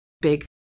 big